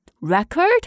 record